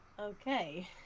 Okay